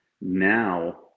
now